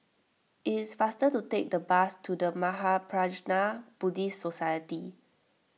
it is faster to take the bus to the Mahaprajna Buddhist Society